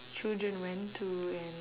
children went to and